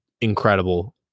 incredible